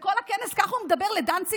וכל הכנס ככה הוא מדבר לדנציגר,